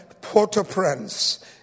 Port-au-Prince